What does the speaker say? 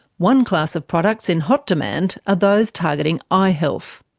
one class of products in hot demand are those targeting eye health.